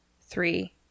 three